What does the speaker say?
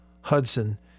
Hudson